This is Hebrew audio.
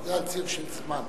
זה על ציר של זמן.